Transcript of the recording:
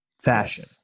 fashion